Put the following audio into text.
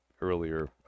earlier